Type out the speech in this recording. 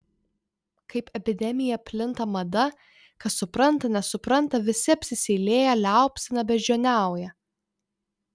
kaip epidemija plinta mada kas supranta nesupranta visi apsiseilėję liaupsina beždžioniauja